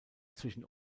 zwischen